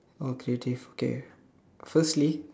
oh creative okay firstly